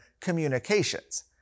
Communications